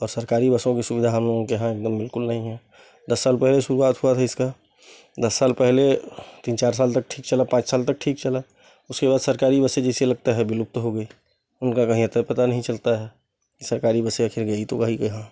और सरकारी बसों की सुविधा हम लोगों के यहाँ एकदम बिल्कुल नई है दस साल पहले शुरुआत हुआ था इसका दस साल पहले तीन चार साल तक ठीक चला पाँच साल तक ठीक चला उसके बाद सरकारी बसें जैसे लगता है विलुप्त हो गईं उनका कहीं अता पता नहीं चलता है कि सरकारी बसें आख़िर गईं तो गईं कहाँ